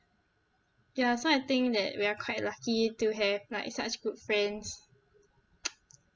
ya so I think that we are quite lucky to have like such good friends